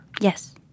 Yes